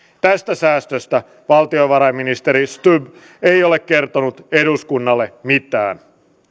tästä säästöstä valtiovarainministeri stubb ei kertonut eduskunnalle mitään